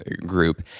group